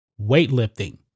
weightlifting